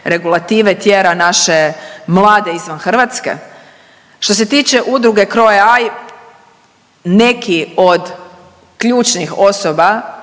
regulative tjera naše mlade izvan Hrvatske. Što se tiče Udruge CroAI, neki od ključnih osoba